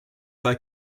pas